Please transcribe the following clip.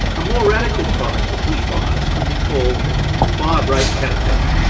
a more radical product for bushfires could be called the fire break caterpillar.